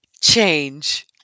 change